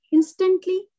Instantly